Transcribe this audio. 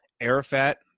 Arafat